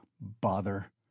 Bother